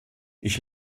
ich